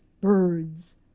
birds